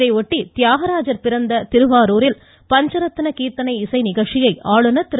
இதையொட்டி தியாகராஜர் பிறந்த திருவாரூரில் பஞ்சரத்ன கீர்த்தனை இசை நிகழ்ச்சியை ஆளுநர் திரு